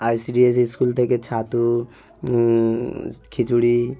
ICDS school থেকে ছাতু স্ খিচুড়ি